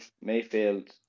Mayfield